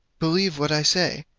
believe what i say,